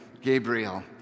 Gabriel